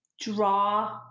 draw